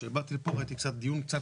ראיתי קצת דיון קצת